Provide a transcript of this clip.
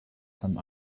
some